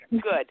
Good